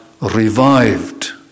revived